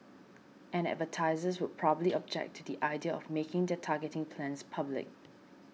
and advertisers would probably object to the idea of making their targeting plans public